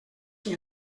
qui